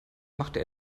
machte